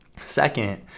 second